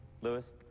Lewis